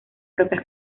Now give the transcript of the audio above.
propias